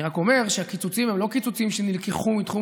אני רק אומר שהקיצוצים הם לא קיצוצים שנלקחו מתחום